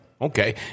Okay